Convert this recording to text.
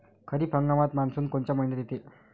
खरीप हंगामात मान्सून कोनच्या मइन्यात येते?